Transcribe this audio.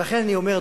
ולכן אני אומר,